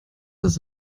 das